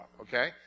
okay